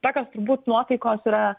tokios turbūt nuotaikos yra